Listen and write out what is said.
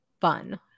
fun